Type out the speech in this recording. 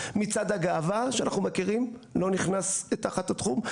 מצעד הגאווה שאנחנו מכירים לא נכנס תחת התחום.